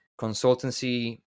consultancy